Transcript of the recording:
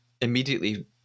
immediately